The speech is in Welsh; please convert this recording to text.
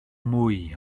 mwy